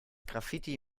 graffiti